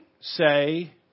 say